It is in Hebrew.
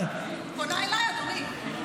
היא פונה אליי, אדוני.